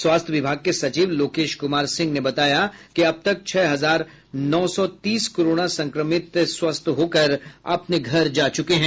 स्वास्थ्य विभाग के सचिव लोकेश कुमार सिंह ने बताया कि अब तक छह हजार नौ सौ तीस कोरोना संक्रमित स्वस्थ होकर अपने घर जा चुके हैं